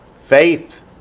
Faith